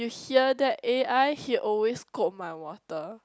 you hear that a_i he always kope my water